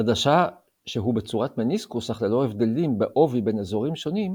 עדשה שהוא בצורת מניסקוס אך ללא הבדלים בעובי בין אזורים שונים,